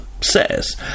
says